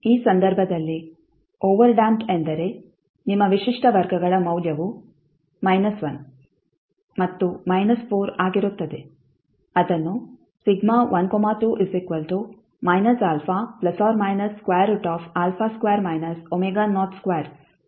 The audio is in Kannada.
ಆದ್ದರಿಂದ ಈ ಸಂದರ್ಭದಲ್ಲಿ ಓವರ್ಡ್ಯಾಂಪ್ಡ್ ಎಂದರೆ ನಿಮ್ಮ ವಿಶಿಷ್ಟ ವರ್ಗಗಳ ಮೌಲ್ಯವು 1 ಮತ್ತು 4 ಆಗಿರುತ್ತದೆ ಅದನ್ನು ಸೂತ್ರದಿಂದ ನೀವು ಕಂಡುಹಿಡಿಯಬಹುದು